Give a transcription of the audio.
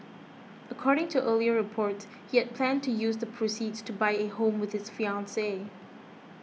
according to earlier reports he had planned to use the proceeds to buy a home with his fiancee